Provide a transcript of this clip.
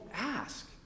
ask